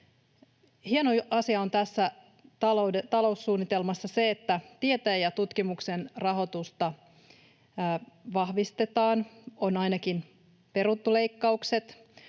Hieno asia tässä taloussuunnitelmassa on se, että tieteen ja tutkimuksen rahoitusta vahvistetaan, tai on ainakin peruttu leikkaukset.